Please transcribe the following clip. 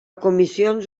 comissions